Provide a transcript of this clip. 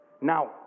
Now